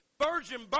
virgin